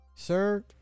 sir